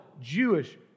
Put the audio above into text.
Jewish